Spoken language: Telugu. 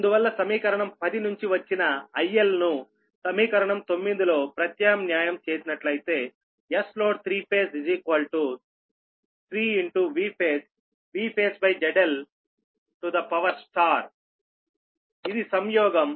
అందువల్ల సమీకరణం 10 నుంచి వచ్చిన ILను సమీకరణం 9 లో ప్రతిక్షేపించినట్లయితే Sload3Φ 3 Vphase VphaseZL ఇది సంయోగం